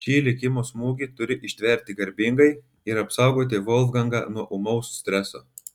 šį likimo smūgį turi ištverti garbingai ir apsaugoti volfgangą nuo ūmaus streso